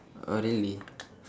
oh really